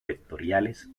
vectoriales